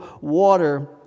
water